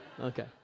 Okay